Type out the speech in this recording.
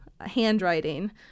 handwriting